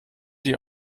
die